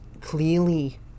clearly